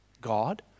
God